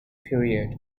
period